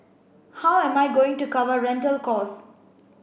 how am I going to cover rental costs